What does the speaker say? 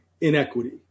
inequity